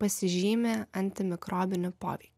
pasižymi antimikrobiniu poveikiu